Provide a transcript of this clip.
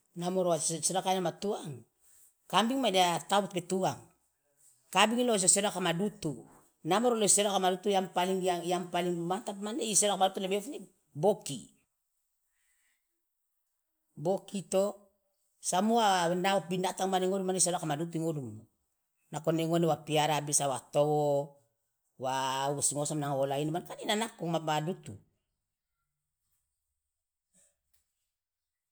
Namoro wa siodaka de ma tuang kambing me dia tau depe tuang kabingi lo jo siodaka ma dutu namoro lo isiodaka ma dutu yang paling mantap mane isiodaka madutu lebe iofi boki boki to samua binatang mane ngodumu isiodaka ma dutu ingodumu nako ne ngone wa piara bisa wa towo wa wosi ngosama nanga wola ino man kan ina nako ma dutu.